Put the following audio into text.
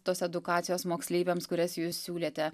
tos edukacijos moksleiviams kurias jūs siūlėte